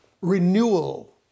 renewal